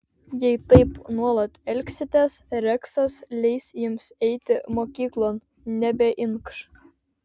jei taip nuolat elgsitės reksas leis jums eiti mokyklon nebeinkš